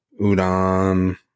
udon